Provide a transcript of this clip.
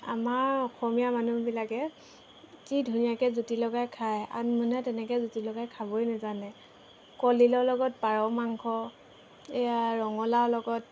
আমাৰ অসমীয়া মানুহবিলাকে কি ধুনীয়াকৈ জুতি লগাই খায় আন মানুহে তেনেকৈ জুতি লগাই খাবই নাজানে কলদিলৰ লগত পাৰ মাংস এয়া ৰঙালাও লগত